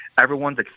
everyone's